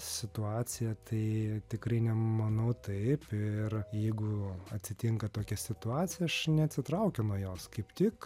situacija tai tikrai nemanau taip ir jeigu atsitinka tokia situacija aš neatsitraukiu nuo jos kaip tik